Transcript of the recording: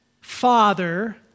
Father